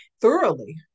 thoroughly